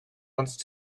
once